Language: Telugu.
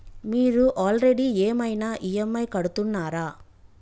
మీరు ఆల్రెడీ ఏమైనా ఈ.ఎమ్.ఐ కడుతున్నారా?